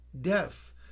deaf